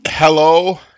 Hello